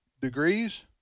degrees